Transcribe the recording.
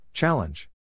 Challenge